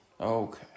Okay